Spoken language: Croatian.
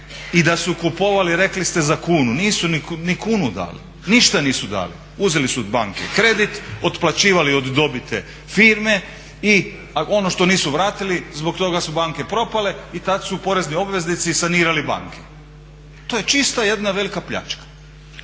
i da su kupovali rekli ste za kunu, nisu ni kunu dali, ništa nisu dali. Uzeli su od banke kredit, otplaćivali od dobite firmi i ono što nisu vratili zbog toga su banke propale i tad su porezni obveznici sanirali banke. To je čista jedna velika pljačka